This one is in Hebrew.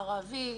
ערבי,